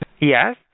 Yes